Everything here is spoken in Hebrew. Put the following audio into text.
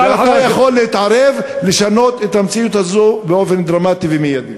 ואתה יכול להתערב לשנות את המציאות הזאת באופן דרמטי ומיידי.